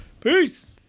Peace